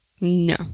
No